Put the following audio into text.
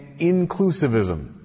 inclusivism